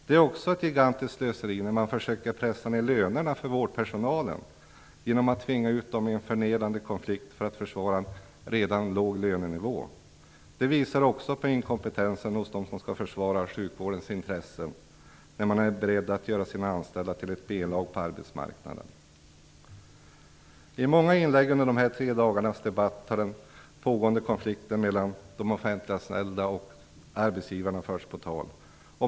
Det är också ett gigantiskt slöseri när man försöker pressa ned lönerna för vårdpersonalen genom att tvinga ut dem i en förnedrande konflikt för att försvara en redan låg lönenivå. Det visar också på inkompetensen hos dem som skall försvara sjukvårdens intressen när man är beredd att göra sina anställda till ett B I många inlägg under dessa tre dagars debatt har den pågående konflikten mellan de offentliganställda och arbetsgivarna förts på tal.